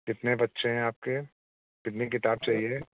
कितने बच्चे हैं आपके कितनी किताब चाहिए